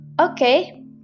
Okay